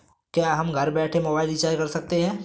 क्या हम घर बैठे मोबाइल रिचार्ज कर सकते हैं?